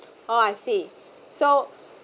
oh I see so